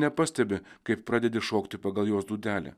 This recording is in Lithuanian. nepastebi kaip pradedi šokti pagal jos dūdelę